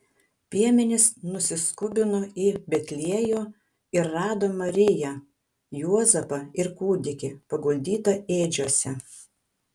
piemenys nusiskubino į betliejų ir rado mariją juozapą ir kūdikį paguldytą ėdžiose